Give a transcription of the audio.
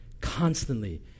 Constantly